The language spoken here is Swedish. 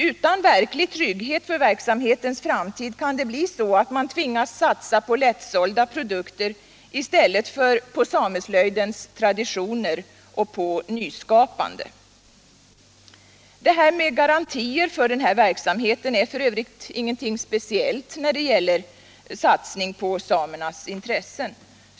Utan verklig trygghet för verksamhetens framtid kan det bli så att man tvingas satsa på lättsålda produkter i stället för på sameslöjdens traditioner och på nyskapande. Detta med garantier för den här verksamheten är f. ö. ingenting speciellt när det gäller satsningen på samernas intressen.